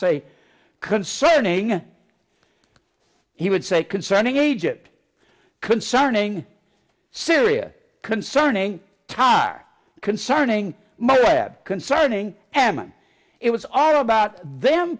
say concerning he would say concerning egypt concerning syria concerning tar concerning my dad concerning amman it was all about them